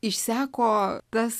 išseko tas